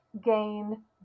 gain